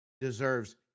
deserves